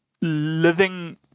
living